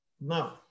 Now